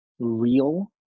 real